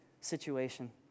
situation